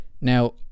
Now